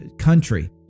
country